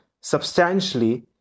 substantially